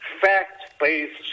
fact-based